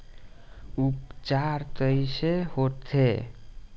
उपचार कईसे होखे?